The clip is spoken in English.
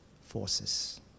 forces